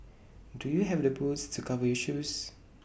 do you have the boots to cover your shoes